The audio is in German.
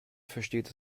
versteht